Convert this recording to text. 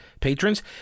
patrons